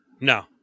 No